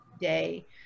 day